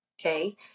Okay